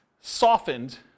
softened